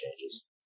changes